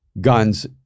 guns